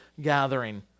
gathering